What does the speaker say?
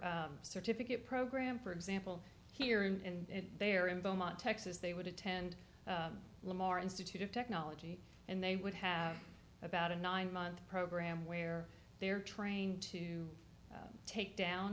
certificate program for example here in there in beaumont texas they would attend lamar institute of technology and they would have about a nine month program where they're trained to take down